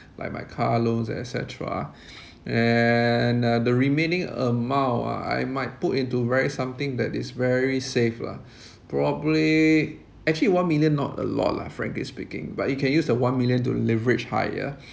like my car loans and et cetera and uh the remaining amount ah I might put into very something that is very safe lah probably actually one million not a lot lah frankly speaking but you can use the one million to leverage higher